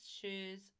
shoes